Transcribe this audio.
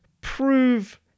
prove